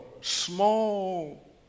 small